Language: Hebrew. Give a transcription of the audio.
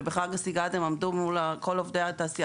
ובכלל הם עבדו מול כל עובדי התעשיה